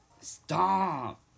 Stop